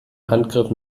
handgriff